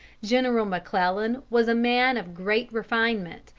general mcclellan was a man of great refinement,